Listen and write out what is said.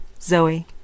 Zoe